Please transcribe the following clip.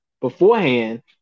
beforehand